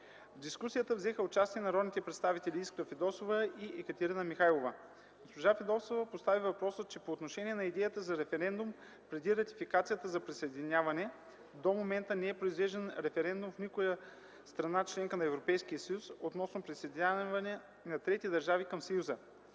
В дискусията взеха участие народните представители Искра Фидосова и Екатерина Михайлова. Госпожа Фидосова постави въпроса, че по отношение на идеята за референдум преди ратификацията за присъединяване до момента не е произвеждан референдум в никоя страна – членка на Европейския съюз, относно присъединяването на трети държави към Съюза.